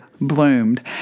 bloomed